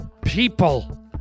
people